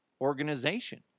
organization